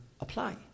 apply